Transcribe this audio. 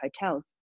hotels